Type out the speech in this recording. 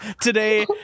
today